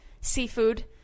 Seafood